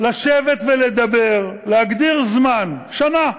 לשבת ולדבר, להגדיר זמן שנה,